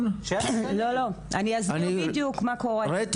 אני אסביר בדיוק מה קורה בבאר שבע.